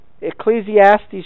Ecclesiastes